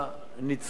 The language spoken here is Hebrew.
ולא למצרך,